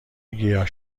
گیاه